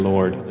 Lord